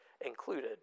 included